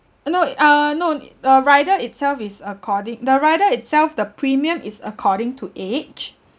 no it uh no it uh rider itself is according the rider itself the premium is according to age